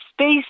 space